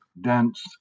dense